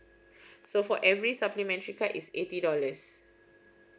so for every supplementary card is eighty dollars